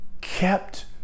kept